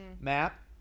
map